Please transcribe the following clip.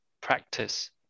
practice